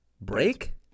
Break